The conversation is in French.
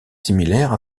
similaires